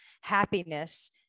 happiness